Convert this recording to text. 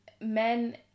men